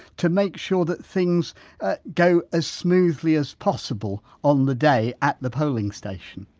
to make sure that things ah go as smoothly as possible on the day at the polling station?